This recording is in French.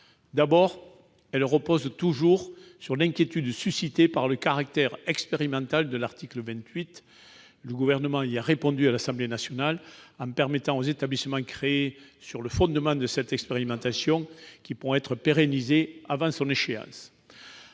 D'abord, elle repose toujours sur l'inquiétude suscitée par le caractère expérimental du dispositif de l'article 28. Le Gouvernement y a répondu à l'Assemblée nationale, en permettant aux établissements créés sur le fondement de cette expérimentation d'être pérennisés avant son échéance.